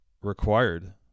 required